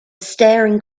staring